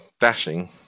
dashing